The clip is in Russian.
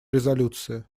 резолюции